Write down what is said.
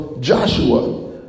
Joshua